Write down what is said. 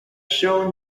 shown